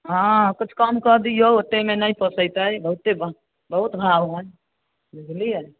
हँ किछु कम कऽ दियौ ओतेकमे नहि पोसैतै बहुते भाव बहुत भाव हए बुझलियै